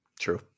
True